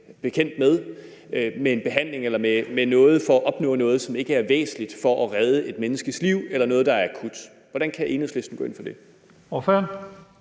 bekendt med, med en behandling eller med noget for at opnå noget, som ikke er væsentligt for at redde et menneskeliv, eller for at behandle noget, der ikke er akut? Hvordan kan Enhedslisten gå ind for det?